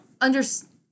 understand